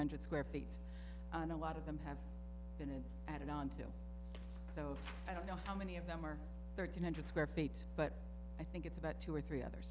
hundred square feet and a lot of them have been an add on to so i don't know how many of them are there two hundred square feet but i think it's about two or three other